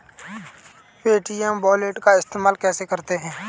Paytm wallet का इस्तेमाल कैसे करते हैं?